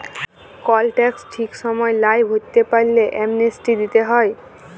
call tax ঠিক সময় লায় ভরতে পারল্যে, অ্যামনেস্টি দিতে হ্যয়